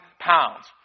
pounds